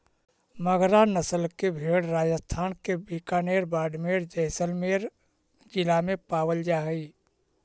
मगरा नस्ल के भेंड़ राजस्थान के बीकानेर, बाड़मेर, जैसलमेर जिला में पावल जा हइ